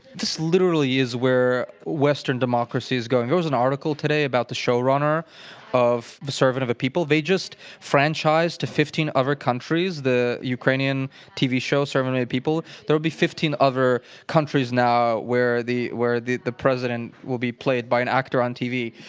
this literally is where western democracy is going. there was an article today about the showrunner of the servant of the people. they just franchised to fifteen other countries, the ukrainian tv show serving ah the people, there will be fifteen other countries now where the where the the president will be played by an actor on tv.